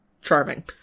charming